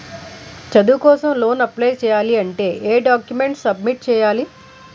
చదువు కోసం loan apply చేయాలి అంటే ఎం డాక్యుమెంట్స్ సబ్మిట్ చేయాలి?